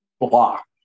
block